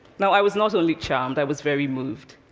you know i was not only charmed, i was very moved.